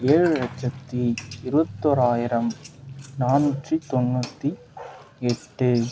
ஏழு லட்சத்து இருபத்தொராயிரம் நாநூற்றி தொண்ணூற்றி எட்டு